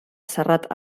serrat